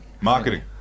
Marketing